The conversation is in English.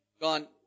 gone